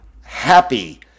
happy